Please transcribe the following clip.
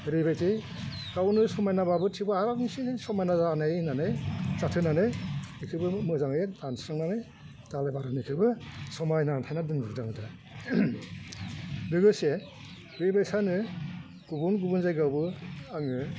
ओरैबायदि गावनो समायनाबाबो थि आरो बांसिननो समायना जानाय होन्नानै जाथों होन्नानै बेखौबो मोजाङै दानस्रांनानै दालाइ बारहायनायखौबो समायना दानखाना दोन्दों लोगोसे बे बायदिनो गुबुन गुबुन जायगायावबो आङो